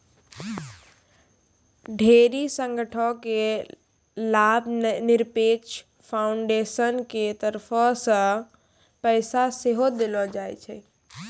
ढेरी संगठनो के लाभनिरपेक्ष फाउन्डेसन के तरफो से पैसा सेहो देलो जाय छै